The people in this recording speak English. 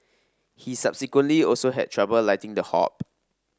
he subsequently also had trouble lighting the hob